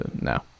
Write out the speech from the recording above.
No